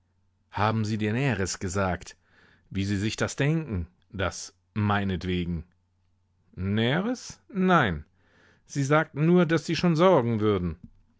haben sie dir näheres gesagt wie sie sich das denken das meinetwegen näheres nein sie sagten nur daß sie schon sorgen würden